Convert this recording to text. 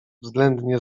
względnie